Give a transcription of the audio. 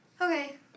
Okay